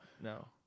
No